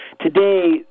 Today